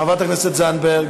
חברת הכנסת זנדברג.